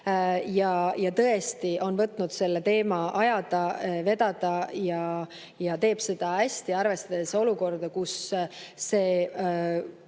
ja tõesti on võtnud selle teema ajada, vedada ja teeb seda hästi, arvestades, kui